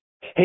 Hey